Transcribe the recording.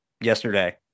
yesterday